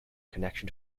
connection